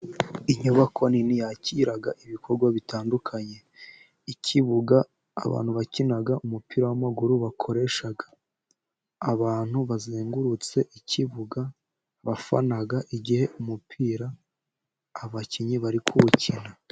Inyubako nini yakira ibikorwa bitandukanye. Ikibuga abantu bakina umupira w'amaguru bakoresha . Abantu bazengurutse ikibuga, bafana igihe umupira abakinnyi bari kuwukina.